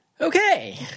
Okay